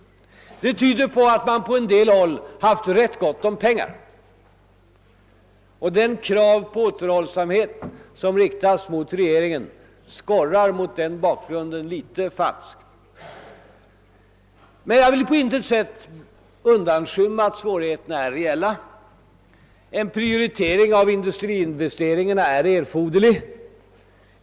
Detta tyder på att man på en del håll haft rätt gott om pengar. De krav på återhållsamhet som riktats mot regeringen skorrar mot denna bakgrund litet falskt. Men jag vill på intet sätt undanskymma att svårigheterna är reella. En prioritering av industriinvesteringarna är erforderlig.